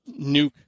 nuke